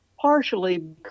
Partially